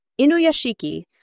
Inuyashiki